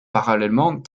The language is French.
parallèlement